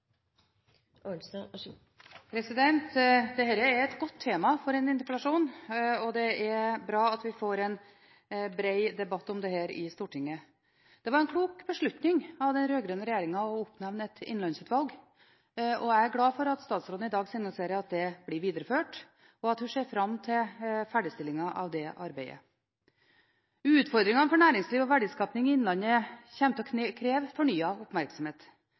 bra at vi får en bred debatt om dette i Stortinget. Det var en klok beslutning av den rød-grønne regjeringen å oppnevne et innlandsutvalg, og jeg er glad for at statsråden i dag signaliserer at det vil bli videreført, og at hun ser fram til ferdigstillelsen av det arbeidet. Utfordringene for næringslivet og verdiskaping i Innlandet kommer til å kreve fornyet oppmerksomhet.